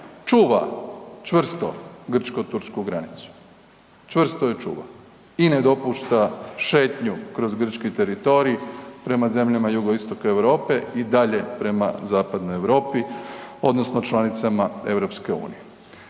čuva čvrsto grčko-tursku granicu. Čvrsto je čuva i ne dopušta šetnju kroz grčki teritorij prema zemljama jugoistoka Europe i dalje prema zapadnoj Europi, odnosno članicama EU.